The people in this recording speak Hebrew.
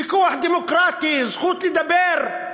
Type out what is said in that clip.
ויכוח דמוקרטי, זכות לדבר,